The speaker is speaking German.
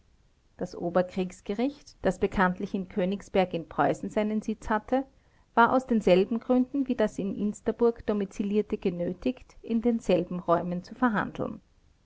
das oberkriegsgericht das bekanntlich in königsberg nigsberg i pr seinen sitz hatte war aus denselben gründen wie das in insterburg domizilierte genötigt in denselben räumen zu verhandeln